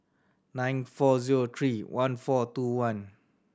nine four zero three one four two one